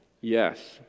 Yes